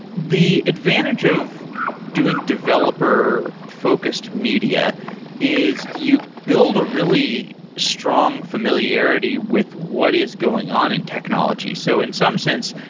the advantage of doing developer-focused media is you build a really strong familiarity with what is going on in technology. so in some sense,